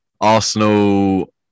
Arsenal